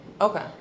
Okay